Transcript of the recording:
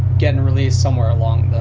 getting released somewhere along